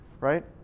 right